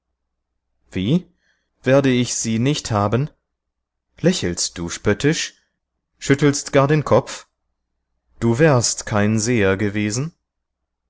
wie werde ich sie nicht haben lächelst du spöttisch schüttelst gar den kopf du wärst kein seher gewesen